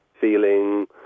feeling